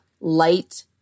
light